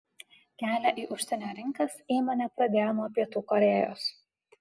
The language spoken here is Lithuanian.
kelią į užsienio rinkas įmonė pradėjo nuo pietų korėjos